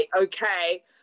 okay